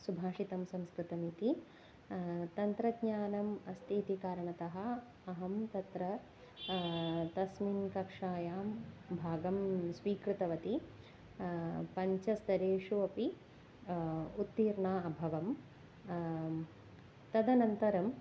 सुभाषितं संस्कृतम् इति तन्त्रज्ञानम् अस्ति इति कारणतः अहं तत्र तस्मिन् कक्षायां भागं स्वीकृतवती पञ्चस्तरेषु अपि उत्तीर्णाः अभवं तदनन्तरम्